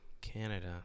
Canada